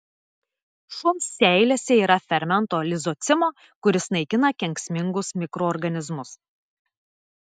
šuns seilėse yra fermento lizocimo kuris naikina kenksmingus mikroorganizmus